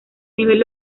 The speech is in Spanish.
nivel